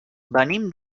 venim